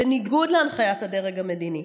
בניגוד להנחיית הדרג המדיני.